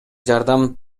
жардам